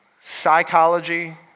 psychology